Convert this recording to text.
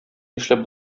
нишләп